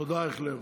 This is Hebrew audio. תודה, אייכלר.